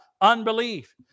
Unbelief